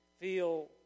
feel